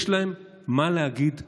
יש להם מה להגיד בתחום.